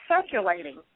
circulating